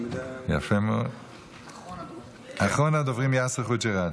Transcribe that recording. יאסר חוג'יראת